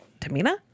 Tamina